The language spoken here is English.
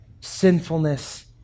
sinfulness